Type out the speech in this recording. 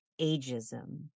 ageism